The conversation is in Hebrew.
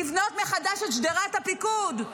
לבנות מחדש את שדרת הפיקוד,